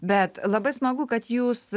bet labai smagu kad jūs